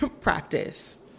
practice